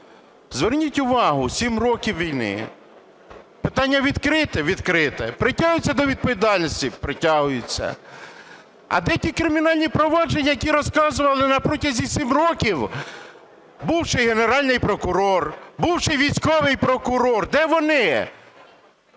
Зверніть увагу, 7 років війни, питання відкрите? Відкрите. Притягуються до відповідальності? Притягуються. А де ті кримінальні провадження, які розказували на протязі 7 років бувший Генеральний прокурор, бувший Військовий прокурор? Де вони?